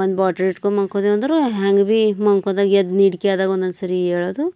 ಒಂದು ಬಾಟಲ್ ಹಿಡ್ಕೊಂಡು ಮಂಕೋತೀವಿ ಅಂದರೂ ಹ್ಯಾಂಗೆ ಭೀ ಮಂಕೊಂದಾಗ ಎದ್ದು ನೀಡಿಕೆ ಆದಾಗ ಒಂದೊಂದು ಸಾರಿ ಏಳೋದು